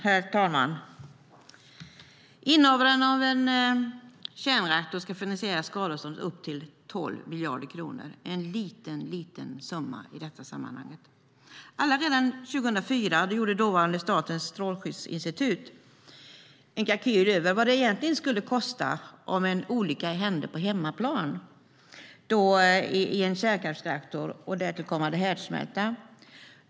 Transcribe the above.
Herr talman! Innehavaren av en kärnreaktor ska finansiera skadestånd upp till 12 miljarder kronor. Det är en liten summa i detta sammanhang. Redan 2004 gjorde dåvarande Statens strålskyddsinstitut en kalkyl över vad det egentligen skulle kosta om en olycka hände på hemmaplan i en kärnkraftsreaktor, med därtill kommande härdsmälta.